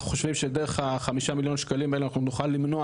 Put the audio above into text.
אנחנו חושבים שדרך ה-5 מיליון שקלים האלה אנחנו נוכל למנוע